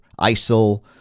ISIL